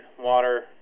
water